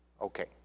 Okay